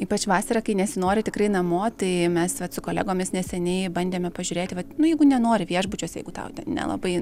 ypač vasarą kai nesinori tikrai namo tai mes vat su kolegomis neseniai bandėme pažiūrėti vat nu jeigu nenori viešbučiuose jeigu tau nelabai